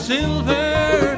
Silver